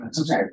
Okay